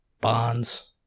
bonds